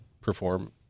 perform